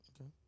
Okay